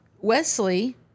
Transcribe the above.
Wesley